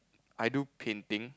I do painting